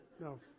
No